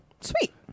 Sweet